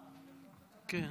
ונמשיך.